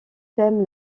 thème